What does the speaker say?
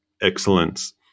excellence